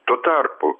tuo tarpu